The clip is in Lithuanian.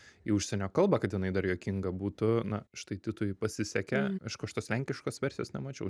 į užsienio kalbą kad jinai dar juokinga būtų na štai titui pasisekė aišku aš tos lenkiškos versijos nemačiau